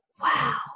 wow